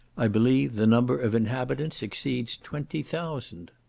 i believe the number of inhabitants exceeds twenty thousand.